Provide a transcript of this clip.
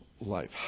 life